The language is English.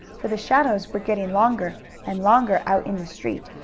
for the shadows were getting longer and longer out in the street,